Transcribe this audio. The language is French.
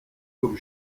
comme